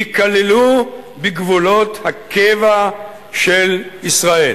ייכללו בגבולות הקבע של ישראל.